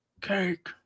cake